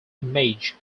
image